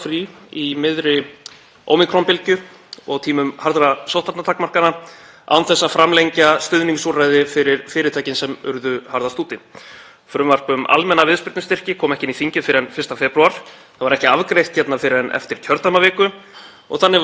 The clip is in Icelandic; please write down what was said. Frumvarp um almenna viðspyrnustyrki kom ekki inn í þingið fyrr en 1. febrúar, það var ekki afgreitt fyrr en eftir kjördæmaviku og þannig var dagskránni og forgangsröðun verkefna háttað þrátt fyrir að meiri hlutanum væri fullljóst að það ætti eftir að taka margar vikur að koma úrræðinu til framkvæmda. Nú er 28. mars.